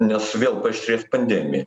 nes vėl paaštrės pandemija